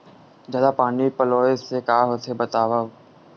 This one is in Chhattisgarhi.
जादा पानी पलोय से का होथे बतावव?